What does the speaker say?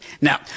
Now